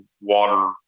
water